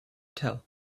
tell